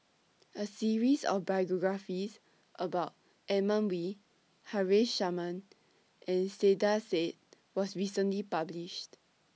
A series of biographies about Edmund Wee Haresh Sharma and Saiedah Said was recently published